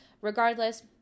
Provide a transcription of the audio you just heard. regardless